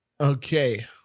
Okay